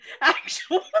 actual